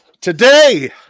today